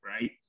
right